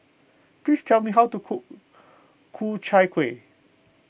please tell me how to cook Ku Chai Kueh